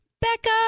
Becca